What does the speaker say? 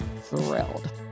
thrilled